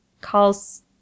calls